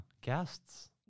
Guests